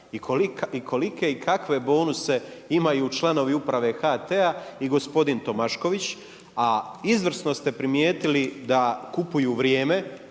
i kolike i kakve bonuse imaju članovi uprave HT-a i gospodin Tomašković, a izvrsno ste primjetili da kupuju vrijeme,